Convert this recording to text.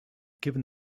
given